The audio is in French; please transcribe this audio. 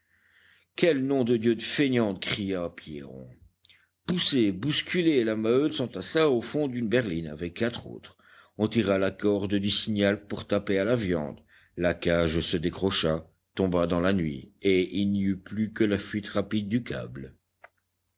quelle nom de dieu de feignante cria pierron poussée bousculée la maheude s'entassa au fond d'une berline avec quatre autres on tira la corde du signal pour taper à la viande la cage se décrocha tomba dans la nuit et il n'y eut plus que la fuite rapide du câble